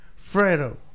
Fredo